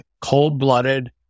cold-blooded